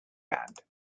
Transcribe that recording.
band